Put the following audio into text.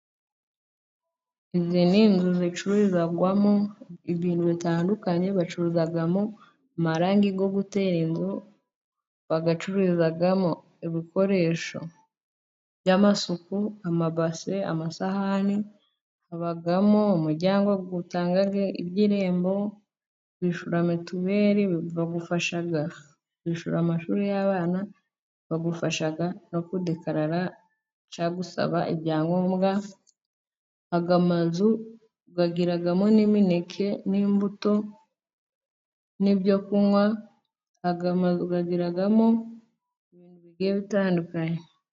Izi ni inzu zicuruzwamo ibintu bitandukanye, bacururizamo amarangi yo gutera inzu, bagacururizamo ibikoresho by'amasuku:amabase, amasahani, habamo umuryango utanga iby'irembo, kwishyura mituweri ,bagufasha kwishyura amashuri y'abana ,bagufasha no kudekarara cyangwa gusaba ibyangombwa. Aya mazu agiramo: n'imineke, n'imbuto ,n'ibyo kunywa, aya mazu agiramo ibintu bigiye bitandukanye.